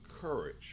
courage